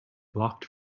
blocked